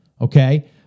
okay